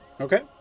Okay